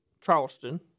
Charleston